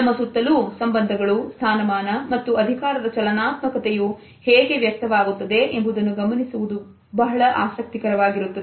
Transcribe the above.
ನಮ್ಮ ಸುತ್ತಲೂ ಸಂಬಂಧಗಳು ಸ್ಥಾನಮಾನ ಮತ್ತು ಅಧಿಕಾರದ ಚಲನಾತ್ಮಕತೆ ಯು ಹೇಗೆ ವ್ಯಕ್ತವಾಗುತ್ತದೆ ಎಂಬುದನ್ನು ಗಮನಿಸುವುದು ಬಹಳ ಆಸಕ್ತಿಕರವಾಗಿರುತ್ತದೆ